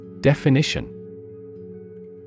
Definition